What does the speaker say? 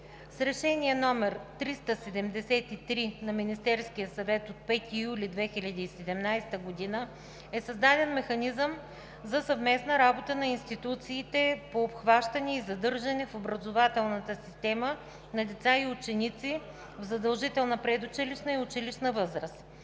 С Решение № 373 на Министерския съвет от 5 юли 2017 г. е създаден Механизъм за съвместна работа на институциите по обхващане и задържане в образователната система на деца и ученици в задължителна предучилищна и училищна възраст.